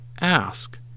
ask